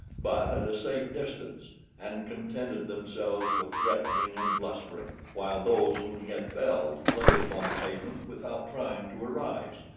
but at a safe distance and contented themselves with threatening and blustering, while those whom he had felled lay upon the pavement without trying to arise,